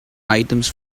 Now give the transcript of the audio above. items